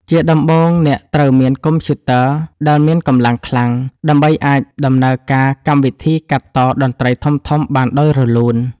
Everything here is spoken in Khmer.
ជាដំបូងអ្នកត្រូវមានកុំព្យូទ័រដែលមានកម្លាំងខ្លាំង ដើម្បីអាចដំណើរការកម្មវិធីកាត់តតន្ត្រីធំៗបានដោយរលូន។